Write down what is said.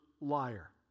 liar